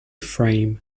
frame